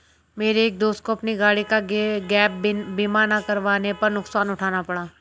मेरे एक दोस्त को अपनी गाड़ी का गैप बीमा ना करवाने पर नुकसान उठाना पड़ा